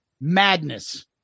madness